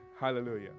Hallelujah